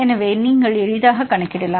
எனவே நீங்கள் எளிதாக கணக்கிடலாம்